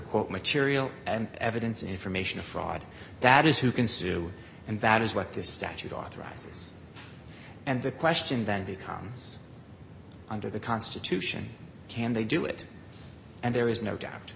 court material and evidence information fraud that is who can sue and that is what this statute authorizes and the question then becomes under the constitution can they do it and there is no doubt